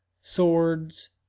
swords